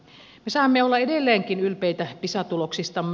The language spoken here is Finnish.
me saamme olla edelleenkin ylpeitä pisa tuloksistamme